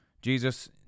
Jesus